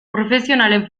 profesionalen